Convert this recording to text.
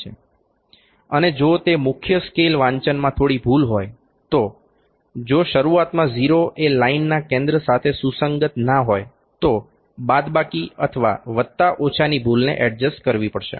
અને જો તે મુખ્ય સ્કેલ વાંચનમાં થોડી ભૂલ હોય તો જો શરૂઆતમાં 0 એ લાઇનના કેન્દ્ર સાથે સુસંગતના હોય તો બાદબાકી અથવા વત્તા ઓછાની ભૂલને એડજસ્ટ કરવી પડશે